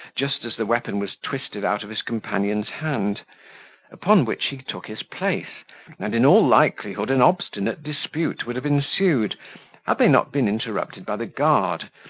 just as the weapon was twisted out of his companion's hand upon which he took his place and, in all likelihood, an obstinate dispute would have ensued, had they not been interrupted by the guard,